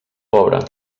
pobre